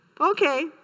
Okay